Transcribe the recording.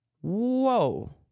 Whoa